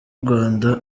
rwanda